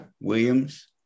Williams